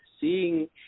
seeing